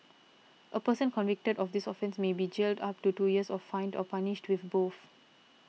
a person convicted of this offence may be jailed up to two years or fined or punished with both